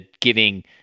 giving